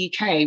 UK